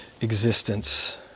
existence